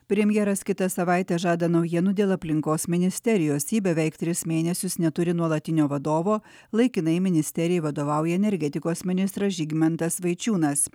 premjeras kitą savaitę žada naujienų dėl aplinkos ministerijos ji beveik tris mėnesius neturi nuolatinio vadovo laikinai ministerijai vadovauja energetikos ministras žygimantas vaičiūnas